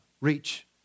reach